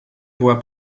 była